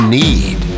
need